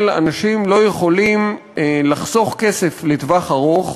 אנשים לא יכולים לחסוך כסף לטווח ארוך,